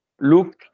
Look